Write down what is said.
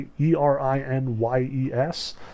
E-R-I-N-Y-E-S